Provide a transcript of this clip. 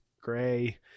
Gray